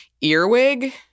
earwig